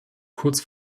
kurz